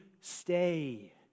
stay